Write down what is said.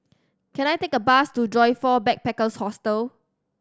can I take a bus to Joyfor Backpackers' Hostel